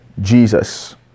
jesus